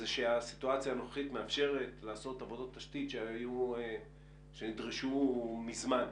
זה שהסיטואציה הנוכחית מאפשרת לעשות עבודות תשתית שנדרשו מזמן,